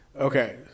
Okay